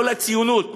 לא לציונות,